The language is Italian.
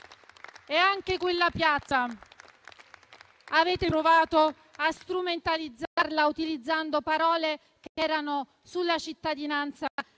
E anche quella piazza avete provato a strumentalizzarla, utilizzando parole che erano sulla cittadinanza